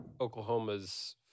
Oklahoma's